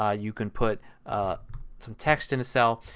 ah you can put some text in a cell,